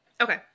Okay